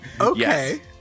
okay